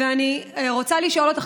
ואני רוצה לשאול אותך,